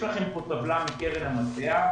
יש לכם כאן טבלה מקרן המטבע.